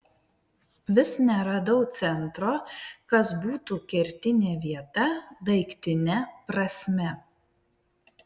vis neradau centro kas būtų kertinė vieta daiktine prasme